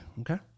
Okay